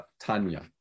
Tanya